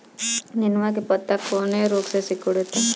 नेनुआ के पत्ते कौने रोग से सिकुड़ता?